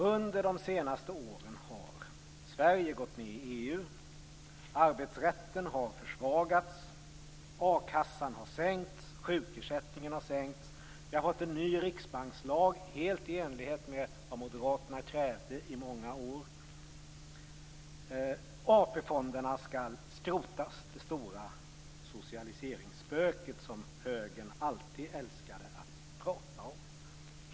Under de senaste åren har Sverige gått med i EU, arbetsrätten försvagats och akassan och sjukersättningen sänkts. Vi har fått en ny riksbankslag, helt i enlighet med vad moderaterna krävt i många år. AP-fonderna skall skrotas - det stora socialiseringsspöke som högern alltid älskat att prata om.